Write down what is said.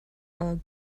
our